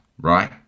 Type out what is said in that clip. right